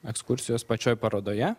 ekskursijos pačioj parodoje